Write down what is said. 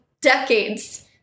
decades